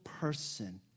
person